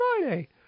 Friday